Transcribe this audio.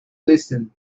listen